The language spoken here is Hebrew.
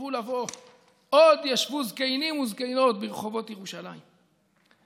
קרבו לבוא"; "עוד ישבו זקנים וזקנות ברחֹבות ירושלָ‍ִם".